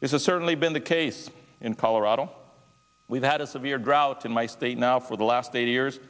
this is certainly been the case in colorado we've had a severe drought in my state now for the last eight years